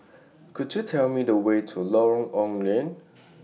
Could YOU Tell Me The Way to Lorong Ong Lye